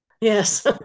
Yes